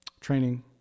training